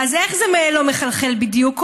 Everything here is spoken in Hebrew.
אז איך זה לא מחלחל בדיוק?